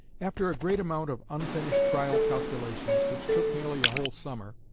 after a great amount of unfinished trial calculations, which took nearly a whole summer,